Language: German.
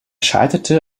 scheiterte